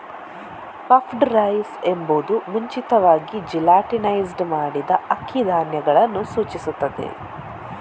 puffed rice ಎಂಬುದು ಮುಂಚಿತವಾಗಿ gelatinised ಮಾಡಿದ ಅಕ್ಕಿ ಧಾನ್ಯಗಳನ್ನು ಸೂಚಿಸುತ್ತದೆ